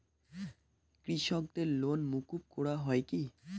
কৃষকদের লোন মুকুব করা হয় কি?